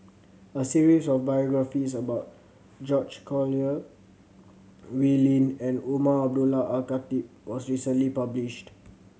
a series of biographies about George Collyer Wee Lin and Umar Abdullah Al Khatib was recently published